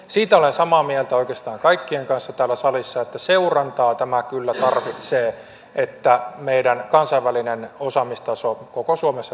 siitä olen samaa mieltä oikeastaan kaikkien kanssa täällä salissa että seurantaa tämä kyllä tarvitsee että meidän kansainvälinen osaamistasomme koko suomessa pysyy vahvana